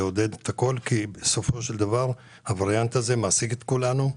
כי בסופו של דבר הווריאנט הזה מעסיק את כולנו,